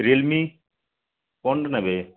Realme କ'ଣଟା ନେବେ